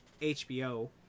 hbo